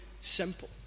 simple